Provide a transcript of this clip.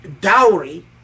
dowry